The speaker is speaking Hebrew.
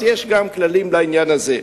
אז יש גם כללים לעניין הזה.